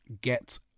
Get